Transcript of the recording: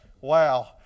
Wow